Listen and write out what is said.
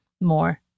more